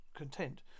Content